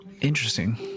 Interesting